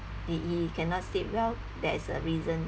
he he cannot sleep well there's a reason